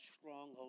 stronghold